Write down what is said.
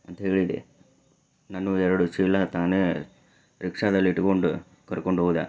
ಅಂತ ಹೇಳಿದೆ ನನ್ನ ಎರಡೂ ಚೀಲ ತಾನೇ ರಿಕ್ಷಾದಲ್ಲಿಟ್ಕೊಂಡು ಕರ್ಕೊಂಡೋದ